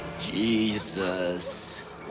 Jesus